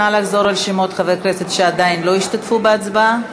נא לחזור על שמות חברי הכנסת שעדיין לא השתתפו בהצבעה.